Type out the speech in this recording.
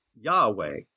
Yahweh